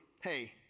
hey